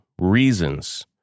reasons